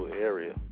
area